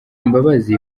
imbabazi